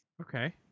Okay